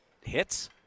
Hits